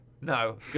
No